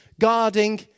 guarding